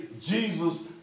Jesus